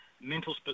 mental